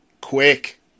Quick